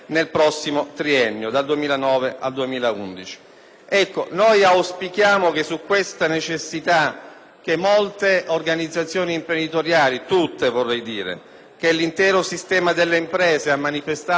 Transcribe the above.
Auspichiamo che su questa necessità, che molte organizzazioni imprenditoriali (tutte vorrei dire) e l'intero sistema delle imprese hanno manifestato nelle scorse settimane, levando una voce di vibrata protesta